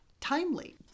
timely